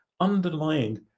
Underlying